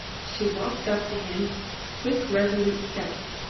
she walked up to him with quick, resolute steps,